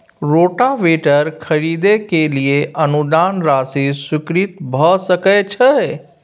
Rotavator खरीदे के लिए अनुदान राशि स्वीकृत भ सकय छैय?